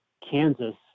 Kansas